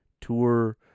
Tour